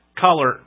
color